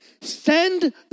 Send